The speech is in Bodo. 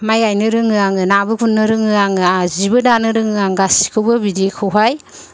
माइ गायनो रोङो आङो नाबो गुरनो रोङो आङो आंहा जिबो दानो रोङो आं गासिखौबो बिदिखौहाय